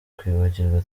kwibagirwa